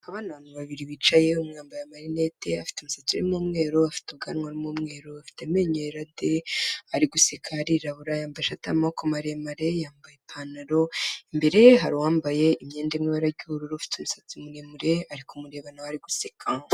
Aba ni abantu babiri bicaye, umwe yambaye amarinete, afite umusatsi urimo umweru, afite ubwanwa burimo umweru bafite amenyenyo yera de ari guseka arirabura, yambaye ishati y'amaboko maremare, yambaye ipantaro, imbere ye hari uwambaye imyenda iri mu ibara ry'ubururu ufite umusatsi muremure ari kumureba na we ari guseka.